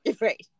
Right